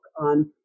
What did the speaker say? on